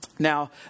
Now